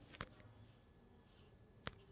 ಹೆಚ್ಚಿನ ವಿದ್ಯಾಭ್ಯಾಸಕ್ಕ ಸಾಲಾ ಸಿಗ್ತದಾ?